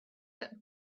that